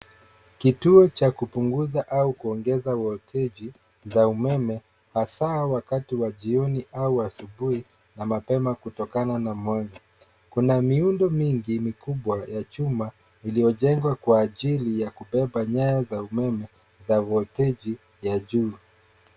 Kituo cha kupunguza au kuongeza volteji za umeme hasa wakati wa jioni au asubuhi na mapema kutokana na mwanga. Kuna miundo mingi mikubwa ya chuma iliyojengwa kwa ajili ya kubeba nyaya za umeme za volteji ya juu.